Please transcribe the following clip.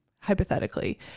hypothetically